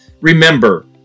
remember